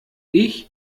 ich